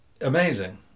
amazing